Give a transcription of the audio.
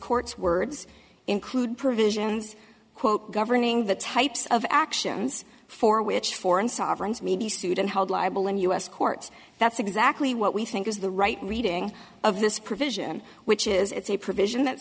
court's words include provisions quote governing the types of actions for which foreign sovereigns may be sued and held liable in u s courts that's exactly what we think is the right reading of this provision which is it's a provision that